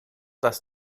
das